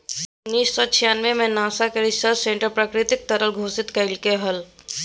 उन्नीस सौ छियानबे में नासा के रिचर्ड स्टोनर प्राकृतिक तरल घोषित कइलके हल